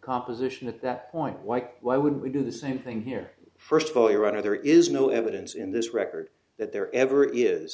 composition at that point like why wouldn't we do the same thing here first of all your honor there is no evidence in this record that there ever is